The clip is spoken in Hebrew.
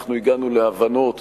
אנחנו הגענו להבנות